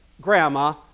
grandma